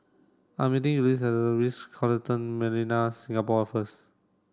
I am meeting at The Ritz Carlton Millenia Singapore first